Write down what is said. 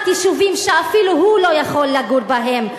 יישובים שאפילו הוא לא יכול לגור בהם,